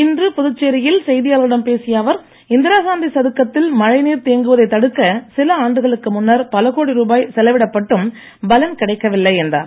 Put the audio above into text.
இன்று புதுச்சேரியில் செய்தியாளர்களிடம் பேசிய அவர் இந்திராகாந்தி சதுக்கத்தில் மழை நீர் தேங்குவதை தடுக்க சில ஆண்டுகளுக்கு முன்னர் பலகோடி ரூபாய் செலவிடப்பட்டும் பலன் கிடைக்கவில்லை என்றார்